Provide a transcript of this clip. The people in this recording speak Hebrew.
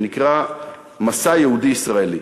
שנקרא "מסע יהודי-ישראלי".